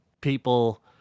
people